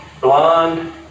blonde